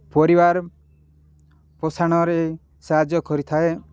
ପରିବାର ପୋଷାଣରେ ସାହାଯ୍ୟ କରିଥାଏ